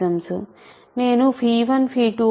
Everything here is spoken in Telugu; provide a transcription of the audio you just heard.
నేను 12 12ఇది End లో మల్టిప్లికేషన్